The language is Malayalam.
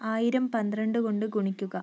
ആയിരം പന്ത്രണ്ട് കൊണ്ട് ഗുണിക്കുക